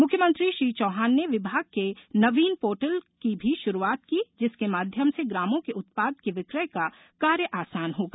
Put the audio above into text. मुख्यमंत्री श्री चौहान ने विभाग के नवीन पोर्टल की भी शुरूआत की जिस के माध्यम से ग्रामों के उत्पाद के विक्रय का कार्य आसान होगा